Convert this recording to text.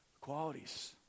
qualities